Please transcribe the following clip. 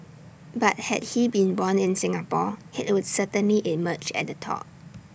but had he been born in Singapore he would certainly emerge at the top